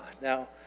Now